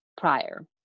prior